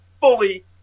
fully